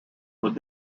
would